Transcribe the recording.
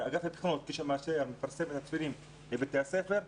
כשמתפרסמים הציונים בבתי הספר,